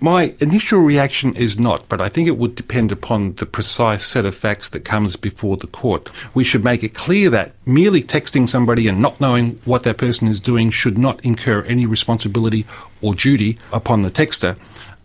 my initial reaction is not, but i think it would depend upon the precise set of facts that comes before the court. we should make it clear that merely texting somebody and not knowing what that person is doing should not incur any responsibility or duty upon the texter